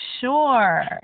sure